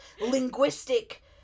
linguistic